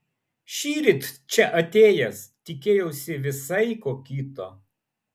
šįryt čia atėjęs tikėjausi visai ko kito